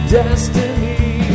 destiny